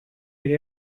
iré